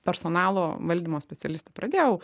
personalo valdymo specialistė pradėjau